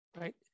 Right